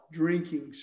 drinking